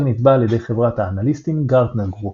נטבע על ידי חברת האנליסטים Gartner Group.